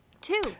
Two